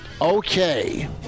Okay